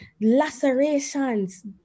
lacerations